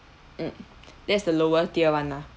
mm that's the lower tier [one] ah